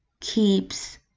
keeps